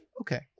Okay